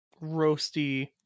roasty